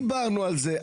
דיברנו על זה,